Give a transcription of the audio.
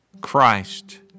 Christ